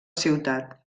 ciutat